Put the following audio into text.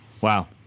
Wow